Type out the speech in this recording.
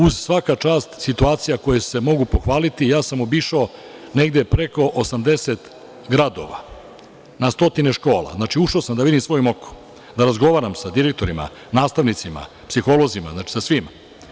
Uz, svaka čast, situacije koje se mogu pohvaliti, obišao sam negde preko 80 gradova, na stotine škola, znači ušao sam da vidim svojim okom, da razgovaram sa direktorima, nastavnicima, psiholozima, sa svima.